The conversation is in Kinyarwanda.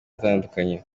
atandukanye